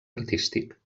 artístic